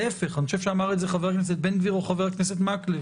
להיפך אני חושב שאמר את זה חבר הכנסת בן גביר או חבר הכנסת מקלב